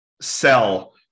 sell